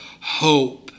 hope